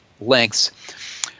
lengths